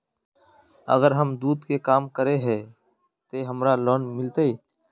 अगर हम दूध के काम करे है ते हमरा लोन मिलते?